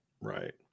right